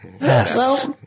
Yes